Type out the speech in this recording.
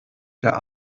der